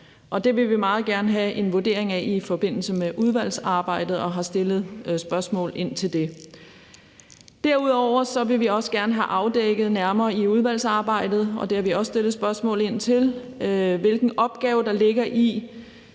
Det vil vi meget gerne have en vurdering af i forbindelse med udvalgsarbejdet, og vi har stillet spørgsmål til det. Derudover vil vi også gerne have afdækket nærmere i udvalgsarbejdet – og det har vi også stillet spørgsmål ind til – hvilken opgave der ligger i